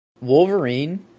Wolverine